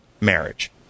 marriage